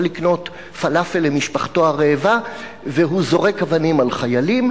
לקנות פלאפל למשפחתו הרעבה והוא זורק אבנים על חיילים,